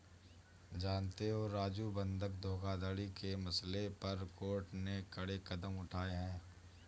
जानते हो राजू बंधक धोखाधड़ी के मसले पर कोर्ट ने कड़े कदम उठाए हैं